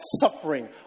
suffering